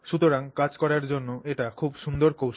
সুতরাং কাজ করার জন্য এটি খুব সুন্দর কৌশল